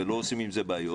ולא עושים עם זה בעיות,